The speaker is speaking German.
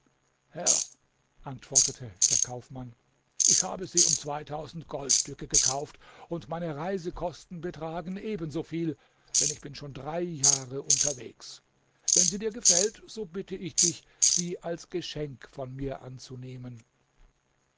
herr antwortete der kaufmann ich habe sie um zweitausend goldstücke gekauft und meine reisekosten betragen ebensoviel denn ich bin schon drei jahre unterwegs wenn sie dir gefällt so bitte ich dich sie als geschenk von mir anzunehmen